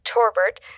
Torbert